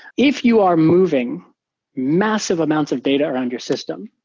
if you are moving massive amounts of data around your system,